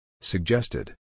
Suggested